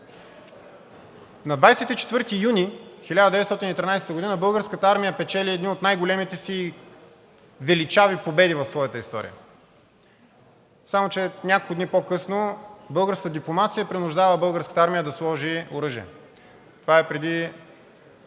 На 24 юни 1913 г. Българската армия печели едни от най големите си величави победи в своята история, само че няколко дни по-късно българската дипломация принуждава Българската армия да сложи оръжие – това е преди